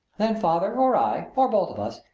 then father or i, or both of us,